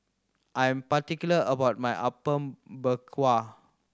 I am particular about my Apom Berkuah